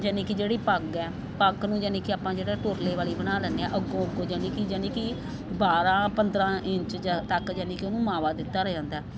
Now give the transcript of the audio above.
ਯਾਨੀ ਕਿ ਜਿਹੜੀ ਪੱਗ ਆ ਪੱਗ ਨੂੰ ਯਾਨੀ ਕਿ ਆਪਾਂ ਜਿਹੜਾ ਤੁਰਲੇ ਵਾਲੀ ਬਣਾ ਲੈਂਦੇ ਹਾਂ ਅੱਗੋਂ ਅੱਗੋਂ ਯਾਨੀ ਕਿ ਬਾਰਾਂ ਪੰਦਰਾਂ ਇੰਚ ਜਾਂ ਤੱਕ ਯਾਨੀ ਕਿ ਉਹਨੂੰ ਮਾਵਾ ਦਿੱਤਾ ਜਾਂਦਾ